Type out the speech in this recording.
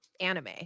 anime